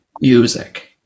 music